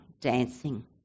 dancing